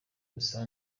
gusa